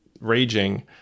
raging